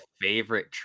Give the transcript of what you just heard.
favorite